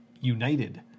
united